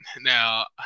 now